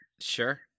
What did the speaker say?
Sure